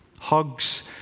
Hugs